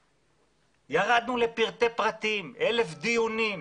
ירדנו לפרטי פרטים וערכנו הרבה דיונים.